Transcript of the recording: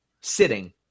sitting